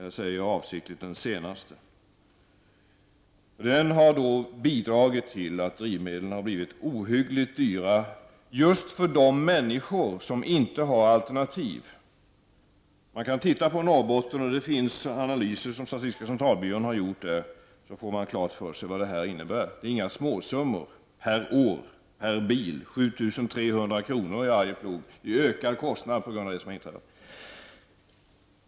Jag säger avsiktligt den senaste. Den har ju bidragit till att drivmedlen har blivit ohyggligt dyra för just de människor som inte har något alternativ. Om man studerar de analyser som statistiska centralbyrån har gjort i Norrbotten, får man klart för sig vad detta innebär. Det handlar inte om några småsummor per år och bil: 7 300 kr. i Arjeplog i ökad kostnad på grund av det som har inträffat.